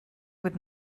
would